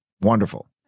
wonderful